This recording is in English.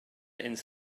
into